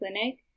clinic